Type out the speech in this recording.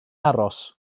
aros